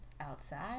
outside